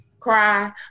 cry